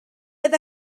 oedd